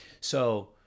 So-